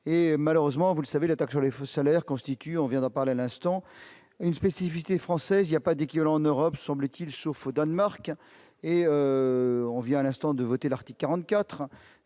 et malheureusement, vous le savez l'attaque sur les faux salaire constitue reviendra parler à l'instant une spécificité française, il y a pas d'équivalent en Europe, semble-t-il, sauf au Danemark et on vient à l'instant de voter l'article 44